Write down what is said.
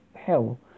hell